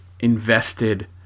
Invested